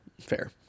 Fair